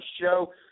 show